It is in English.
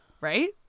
Right